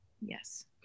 Yes